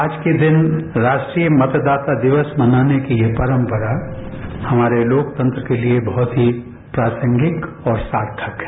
आज के दिन राष्ट्रीय मतदाता दिवस मनाने की ये परंपरा हमारे लोकतंत्र के लिए बहुत ही प्रासंगिक और सार्थक है